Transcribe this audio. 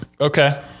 Okay